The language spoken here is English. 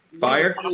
Fire